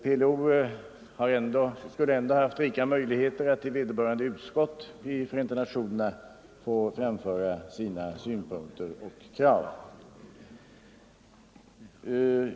PLO skulle ändå ha haft rika möjligheter att i vederbörande utskott i Förenta nationerna få framföra sina synpunkter och krav.